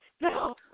No